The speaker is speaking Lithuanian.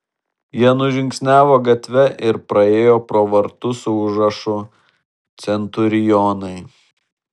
jie nužingsniavo gatve ir praėjo pro vartus su užrašu centurionai